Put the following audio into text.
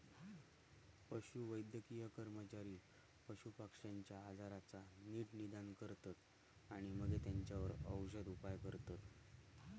पशुवैद्यकीय कर्मचारी पशुपक्ष्यांच्या आजाराचा नीट निदान करतत आणि मगे तेंच्यावर औषदउपाय करतत